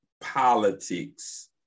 politics